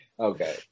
Okay